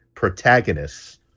protagonists